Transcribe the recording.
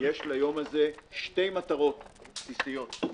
יש ליום הזה שתי מטרות בסיסיות.